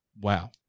wow